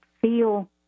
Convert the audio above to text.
feel